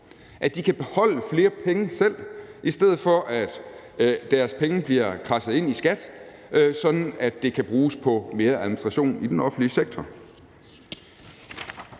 at de kan beholde flere penge selv, i stedet for at deres penge bliver kradset ind i skat, sådan at de kan bruges på mere administration i den offentlige sektor.